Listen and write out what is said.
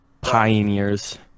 pioneers